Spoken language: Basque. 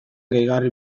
gehigarri